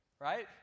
right